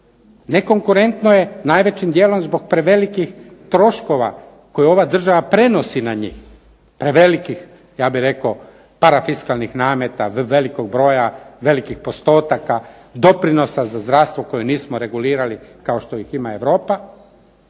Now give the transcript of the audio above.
Nekonkurentno je najvećim dijelom zbog prevelikih troškova koje ova država prenosi na njih, prevelikih ja bih rekao parafiskalnih nameta, velikog broja velikih postotaka, doprinosa za zdravstvo koje nismo regulirali kao što ih ima Europa,